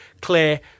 clear